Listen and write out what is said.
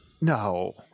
No